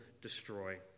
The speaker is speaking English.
destroy